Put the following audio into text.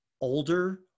older